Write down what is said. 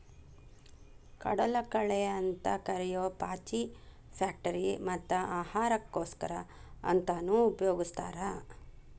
ಕಡಲಕಳೆ ಅಂತ ಕರಿಯೋ ಪಾಚಿ ಫ್ಯಾಕ್ಟರಿ ಮತ್ತ ಆಹಾರಕ್ಕೋಸ್ಕರ ಅಂತಾನೂ ಉಪಯೊಗಸ್ತಾರ